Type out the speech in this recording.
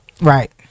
right